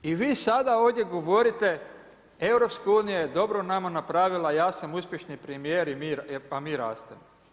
I vi sada ovdje govorite EU je dobro nama napravila, ja sam uspješni premijer i mi rastemo.